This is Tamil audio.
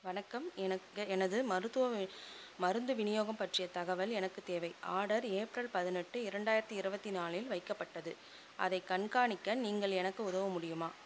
வணக்கம் எனக்கு எனது மருத்துவ மருந்து விநியோகம் பற்றிய தகவல் எனக்குத் தேவை ஆடர் ஏப்ரல் பதினெட்டு இரண்டாயிரத்தி இருபத்தி நாலில் வைக்கப்பட்டது அதைக் கண்காணிக்க நீங்கள் எனக்கு உதவ முடியுமா